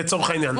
לצורך העניין,